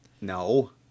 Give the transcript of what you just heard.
No